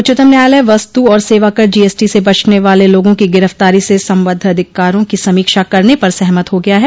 उच्चतम न्यायालय वस्तु और सेवाकर जीएसटी से बचने वाले लोगों की गिरफ्तारी से सम्बद्ध अधिकारों की समीक्षा करने पर सहमत हो गया है